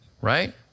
Right